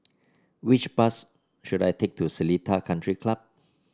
which bus should I take to Seletar Country Club